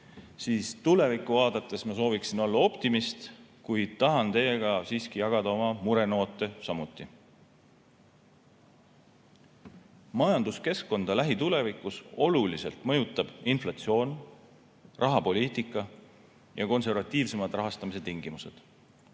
siis tulevikku vaadates ma sooviksin olla optimist, kuid tahan teiega siiski jagada ka oma murenoote. Majanduskeskkonda mõjutavad lähitulevikus oluliselt inflatsioon, rahapoliitika ja konservatiivsemad rahastamistingimused;